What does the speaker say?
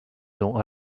dont